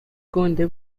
گنده